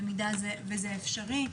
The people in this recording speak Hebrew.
במידה וזה אפשרי.